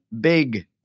big